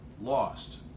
lost